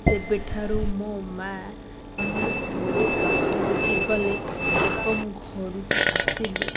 ସେବେଠାରୁ ମୋ ମା' ମୁଁ ଘରୁ ବାହାରିକି ଗଲେ ଏବଂ ଘରକୁ ଆସିଲେ